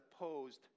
opposed